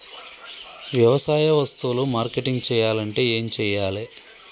వ్యవసాయ వస్తువులు మార్కెటింగ్ చెయ్యాలంటే ఏం చెయ్యాలే?